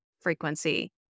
frequency